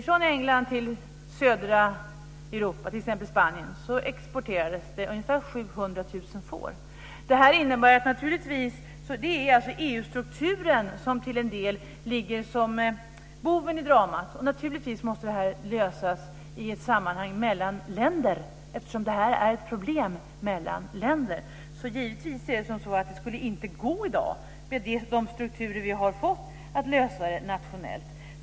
Från England till södra Europa, t.ex. Spanien, exporteras det ungefär 700 000 får. Det är alltså EU:s struktur som till en del är boven i dramat. Naturligtvis måste detta lösas i ett sammanhang mellan länder, eftersom det är ett problem mellan länder. Det skulle inte gå i dag, med de strukturer vi har fått, att lösa detta nationellt.